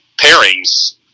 pairings